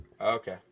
Okay